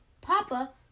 Papa